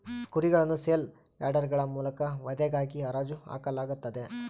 ಕುರಿಗಳನ್ನು ಸೇಲ್ ಯಾರ್ಡ್ಗಳ ಮೂಲಕ ವಧೆಗಾಗಿ ಹರಾಜು ಹಾಕಲಾಗುತ್ತದೆ